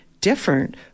different